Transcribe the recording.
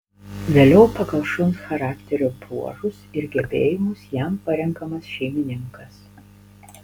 vėliau pagal šuns charakterio bruožus ir gebėjimus jam parenkamas šeimininkas